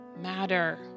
matter